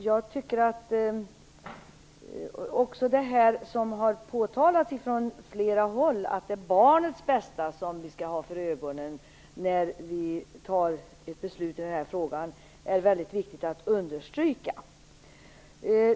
Det som har påtalats från flera håll, nämligen att det är barnets bästa som vi skall ha för ögonen när vi fattar beslut i denna fråga, tycker jag är mycket viktigt att understryka.